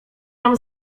nam